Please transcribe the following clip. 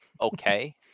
Okay